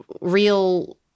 real